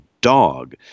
dog